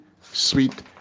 Sweet